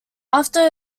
after